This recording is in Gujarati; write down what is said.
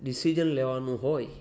ડિસિજન લેવાનું હોય